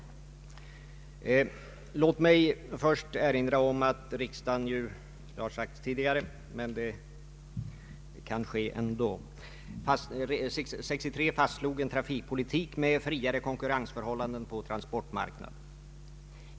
Låt mig först erinra om att riksdagen — det har sagts tidigare men bör kanske upprepas — år 1963 beslutade om en trafikpolitik med friare konkurrensförhållanden på transportmarknaden.